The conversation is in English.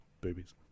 Boobies